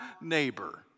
neighbor